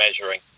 measuring